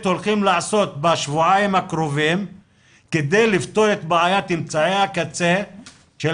הולכים לעשות בשבועיים הקרובים כדי לפתור את בעיית אמצעי הקצה של